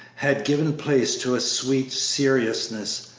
had given place to a sweet seriousness,